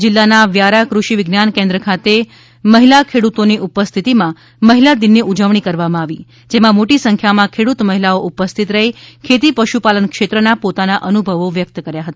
તાપી જિલ્લાના વ્યારા કૃષિ વિજ્ઞાન કેન્દ્ર ખાતે મહિલા ખેડૂતોની ઉપસ્થિતિમાં મહિલા દિનની ઉજવણી કરવામાં આવી હતી જેમાં મોટી સંખ્યામાં ખેડૂત મહિલાઓ ઉપસ્થિત રહી પોતાના ખેતી પશુપાલન ક્ષેત્રના પોતાના અનુભવો વ્યક્ત કર્યા હતા